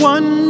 One